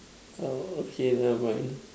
uh okay never mind